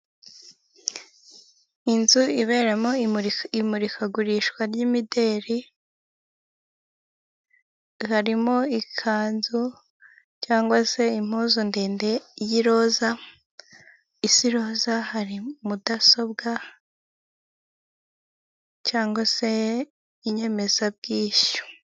Inzu iberamo imurikagurisha ry'imideri harimo ikanzu cyangwa se impuzu ndende y'iroza is'iroza hari mudasobwa cyangwa se inyemezabwishyu.